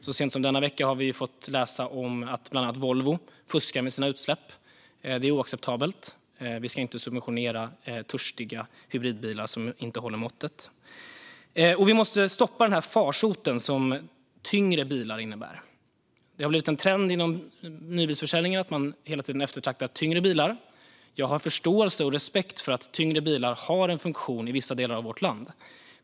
Så sent som denna vecka har vi fått läsa om att bland annat Volvo fuskar med sina utsläpp. Det är oacceptabelt. Vi ska inte subventionera törstiga hybridbilar som inte håller måttet. Vi måste stoppa farsoten som tyngre bilar innebär. Det har blivit en trend inom nybilsförsäljningen att man hela tiden eftertraktar tyngre bilar. Jag förståelse och respekt för att tyngre bilar har en funktion i vissa delar av vårt land.